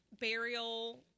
burial